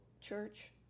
Church